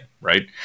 right